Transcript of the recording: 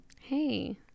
Hey